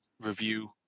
review